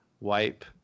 wipe